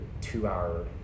two-hour